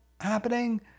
happening